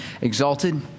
exalted